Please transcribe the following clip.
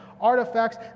artifacts